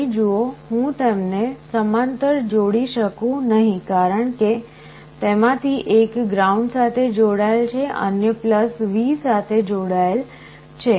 અહીં જુઓ હું તેમને સમાંતર જોડી શકું નહીં કારણ કે તેમાંથી એક ગ્રાઉન્ડ સાથે જોડાયેલ છે અન્ય V સાથે જોડાયેલ છે